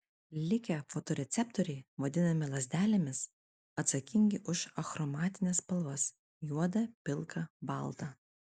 likę fotoreceptoriai vadinami lazdelėmis atsakingi už achromatines spalvas juodą pilką baltą